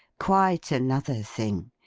quite another thing.